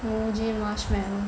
Muji marshmallow